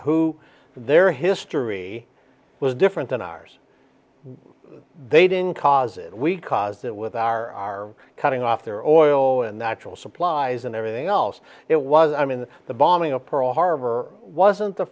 who their history was different than ours they didn't cause it we caused it with our cutting off their oil and natural supplies and everything else it was i mean the bombing of pearl harbor wasn't the